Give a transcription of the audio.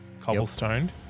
cobblestone